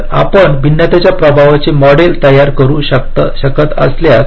तर आपण भिन्नतेच्या प्रभावाचे मॉडेल तयार करू शकत असल्यास